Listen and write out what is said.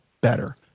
better